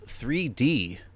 3D